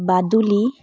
বাদুলি